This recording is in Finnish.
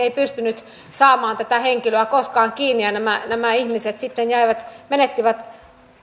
ei pystynyt saamaan tätä henkilöä koskaan kiinni ja nämä nämä ihmiset sitten menettivät